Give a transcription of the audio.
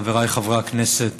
חבריי חברי הכנסת,